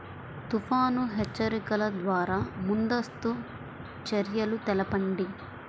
తుఫాను హెచ్చరికల ద్వార ముందస్తు చర్యలు తెలపండి?